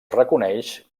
reconeix